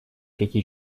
какие